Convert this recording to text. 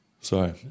sorry